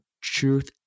truth